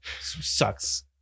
Sucks